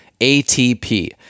ATP